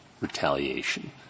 retaliation